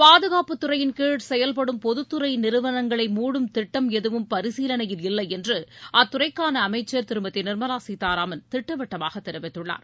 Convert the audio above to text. பாதுகாப்புத் துறையின்கீழ் செயல்படும் பொதுத்துறை நிறுவனங்களை மூடும் திட்டம் எதுவும் பரிசீலனையில் இல்லை என்று அத்துறைக்கான அமைச்சர் திருமதி நிர்மலா சீதாராமன் திட்டவட்டமாக தெரிவித்துள்ளார்